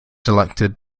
selected